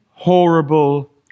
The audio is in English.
horrible